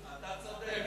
אתה צודק,